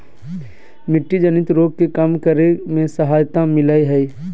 मिट्टी जनित रोग के कम करे में सहायता मिलैय हइ